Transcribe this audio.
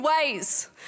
ways